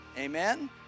Amen